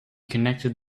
connected